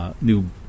new